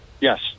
Yes